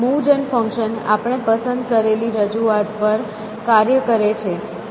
move જેન function આપણે પસંદ કરેલી રજૂઆત પર કાર્ય કરે છે